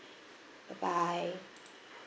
bye bye